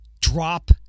Drop